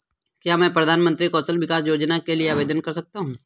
क्या मैं प्रधानमंत्री कौशल विकास योजना के लिए आवेदन कर सकता हूँ?